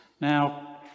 Now